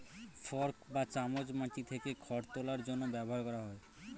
fork বা চামচ মাটি থেকে খড় তোলার জন্য ব্যবহার করা হয়